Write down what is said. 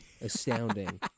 Astounding